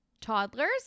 toddlers